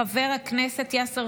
חבר הכנסת יאסר